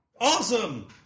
Awesome